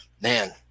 man